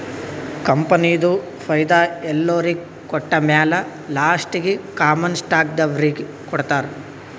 ಕಂಪನಿದು ಫೈದಾ ಎಲ್ಲೊರಿಗ್ ಕೊಟ್ಟಮ್ಯಾಲ ಲಾಸ್ಟೀಗಿ ಕಾಮನ್ ಸ್ಟಾಕ್ದವ್ರಿಗ್ ಕೊಡ್ತಾರ್